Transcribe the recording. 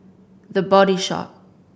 The Body Shop